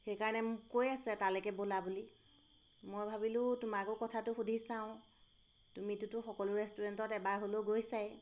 সেইকাৰণে মোক কৈ আছে তালৈকে ব'লা বুলি মই ভাবিলোঁ তোমাকো কথাটো সুধি চাওঁ তুমিতোতো সকলো ৰেষ্টুৰেণ্টত এবাৰ হ'লেও গৈছাই